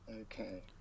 Okay